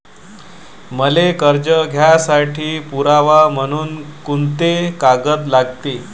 मले कर्ज घ्यासाठी पुरावा म्हनून कुंते कागद लागते?